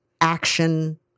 action